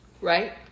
Right